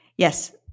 Yes